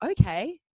okay